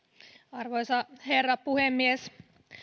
arvoisa herra puhemies